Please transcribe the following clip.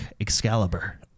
Excalibur